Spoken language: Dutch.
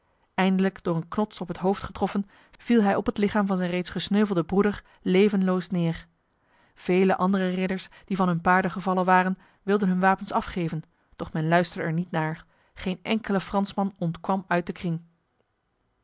eindelijk door een knots op het hoofd getroffen viel hij op het lichaam van zijn reeds gesneuvelde broeder levenloos neer vele andere ridders die van hun paarden gevallen waren wilden hun wapens afgeven doch men luisterde er niet naar geen enkele fransman ontkwam uit de kring